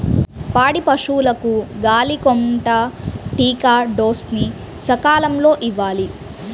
పాడి పశువులకు గాలికొంటా టీకా డోస్ ని సకాలంలో ఇవ్వాలి